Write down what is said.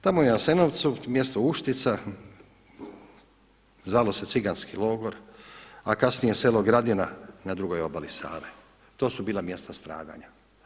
Tamo u Jasenovci mjesto Uštica zvalo se ciganski logor, a kasnije selo Gradina na drugoj obali Save, to su bila mjesta stradanja.